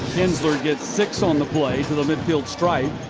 kinsler gets six on the play. so midfield stripe.